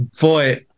boy